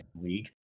league